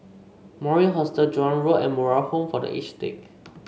Mori Hostel Joan Road and Moral Home for The Aged Sick